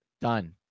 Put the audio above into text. Done